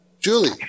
Julie